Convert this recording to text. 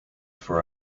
for